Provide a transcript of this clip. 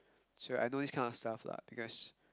so I do these kind of stuff lah because